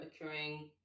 occurring